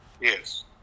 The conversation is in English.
Yes